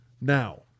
now